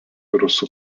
rusų